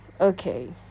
okay